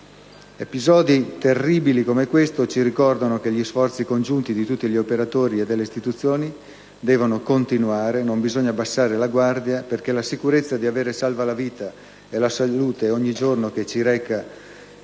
Episodi terribili come questo ci ricordano che gli sforzi congiunti di tutti gli operatori e delle istituzioni devono continuare e che non bisogna abbassare la guardia, perché la sicurezza di avere salva la vita e la salute di chi ogni giorno si reca